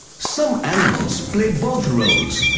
some animals play both roles,